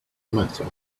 matter